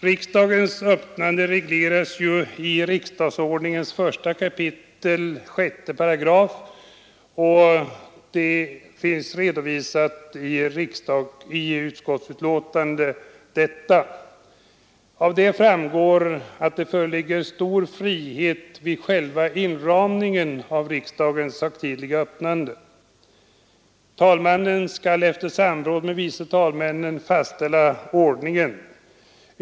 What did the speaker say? Riksdagens öppnande regleras i riksdagsordningen 1 kap. 6 §— detta finns redovisat i utskottets betänkande. Det framgår att det föreligger stor frihet i fråga om inramningen av det högtidliga öppnandet. Talmannen skall efter samråd med vice talmännen fastställa ordningen.